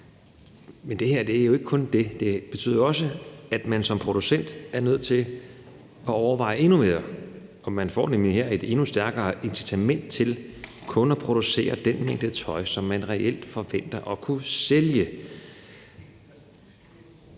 Men det er jo ikke kun det. Det betyder også, at man som producent er nødt til at overveje det endnu mere. Man får nemlig her et endnu stærkere incitament til kun at producere den mængde tøj, som man reelt forventer at kunne sælge.